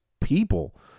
people